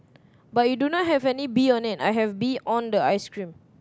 but you don't know have any bee on it I have bee on the ice cream